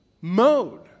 mode